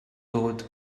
dod